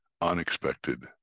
unexpected